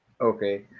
Okay